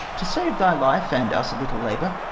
to save thy life, and us a little labour,